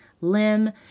limb